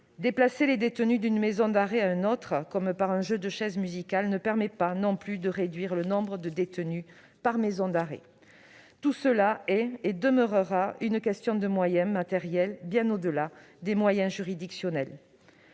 Déplacer les détenus d'une maison d'arrêt à une autre, comme par un jeu de chaises musicales, ne permet pas non plus de réduire le nombre de détenus par maison d'arrêt. Tout cela est et demeurera une question de moyens matériels, bien au-delà des moyens juridictionnels.